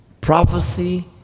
Prophecy